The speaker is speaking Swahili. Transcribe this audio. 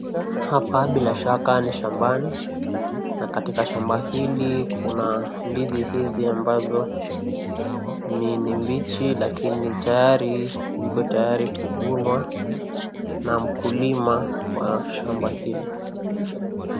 Hapa bila shaka ni shambani na katika shamba hili kuna ndizi hizi ambazo ni mbichi lakini tayari ziko tayari kuvunwa na mkulima wa shamba hili.